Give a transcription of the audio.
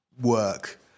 work